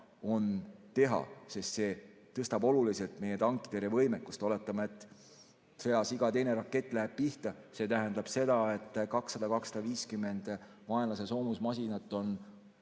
on, sest see tõstab oluliselt meie tankitõrjevõimekust. Oletame, et sõjas läheb iga teine rakett pihta, see tähendab seda, et 200–250 vaenlase soomusmasinat on